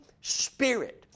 spirit